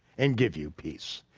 and give you peace.